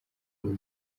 ngo